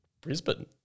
Brisbane